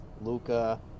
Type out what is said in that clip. Luca